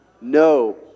no